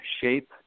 shape